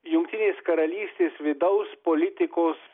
jungtinės karalystės vidaus politikos